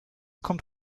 kommt